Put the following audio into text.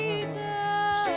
Jesus